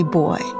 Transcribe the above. boy